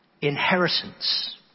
inheritance